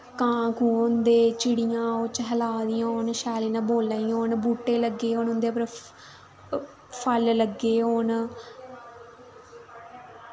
कां कूं होंदे चिड़ियां ओह् चैंह्ला दियां होन शैल इ'यां बोला दियां होन बूह्टे लग्गे दे होन फल लग्गे दे होन